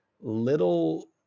little